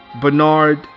Bernard